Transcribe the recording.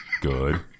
good